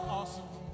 awesome